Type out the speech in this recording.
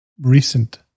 recent